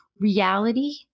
reality